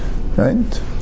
Right